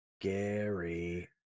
Gary